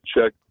check